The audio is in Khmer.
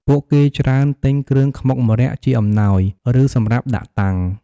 ពួកគេច្រើនទិញគ្រឿងខ្មុកម្រ័ក្សណ៍ជាអំណោយ ឬ សម្រាប់ដាក់តាំង។